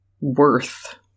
worth